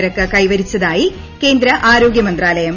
നിരക്ക് കൈവരിച്ചതായി കേന്ദ്ര് ആരോഗൃ മന്ത്രാലയം